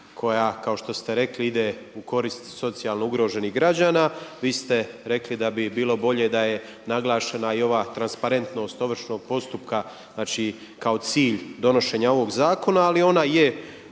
koja kao što ste rekli ide u korist socijalno ugroženih građana. Vi ste rekli da bi bilo bolje da je naglašena i ova transparentnost ovršnog postupka znači kao cilj donošenja ovog zakona, ali ona je